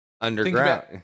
underground